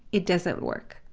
it doesn't work.